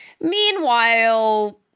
Meanwhile